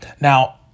Now